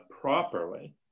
properly